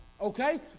Okay